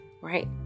right